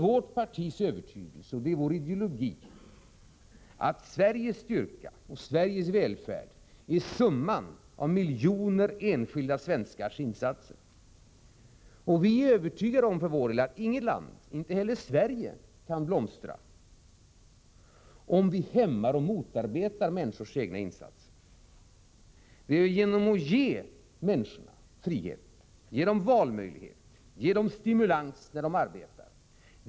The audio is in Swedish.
Vårt partis övertygelse är — det är vår ideologi — att Sveriges styrka och Sveriges välfärd är summan av miljoner enskilda svenskars insatser. Vi är för vår del övertygade om att inget land — inte heller Sverige — kan blomstra, om man hämmar och motarbetar människors egna insatser. Det är genom att ge människorna frihet, valmöjlighet och stimulans när de arbetar som vi ger Sverige en ny start.